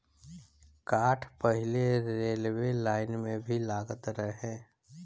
काठ पहिले railway line में भी लागत रहे